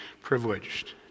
privileged